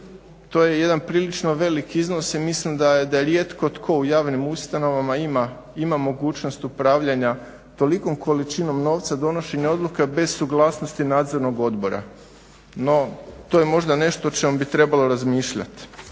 to je jedan prilično velik iznos i mislim da je rijetko tko u javnim ustanovama ima mogućnost upravljanja tolikom količinom novca, donošenje odluke bez suglasnosti nadzornog odbora. No to je možda nešto o čemu bi trebalo razmišljati.